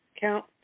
count